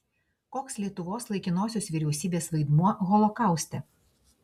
koks lietuvos laikinosios vyriausybės vaidmuo holokauste